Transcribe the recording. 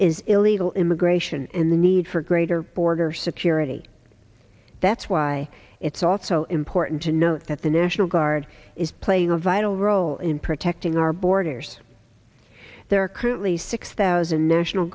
is illegal immigration and the need for greater border security that's why it's also important to note that the national guard is playing a vital role in protecting our borders there are currently six thousand national